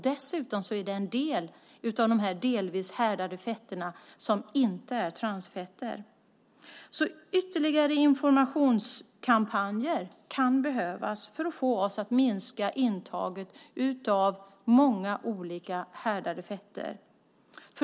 Dessutom är en del av de delvis härdade fetterna inte transfetter. Ytterligare informationskampanjer kan behövas för att få oss att minska intaget av många olika härdade fetter.